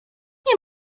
nie